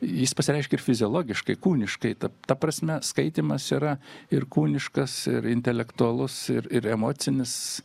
jis pasireiškia ir fiziologiškai kūniškai ta prasme skaitymas yra ir kūniškas ir intelektualus ir ir emocinis